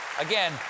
Again